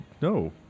No